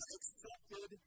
accepted